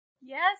Yes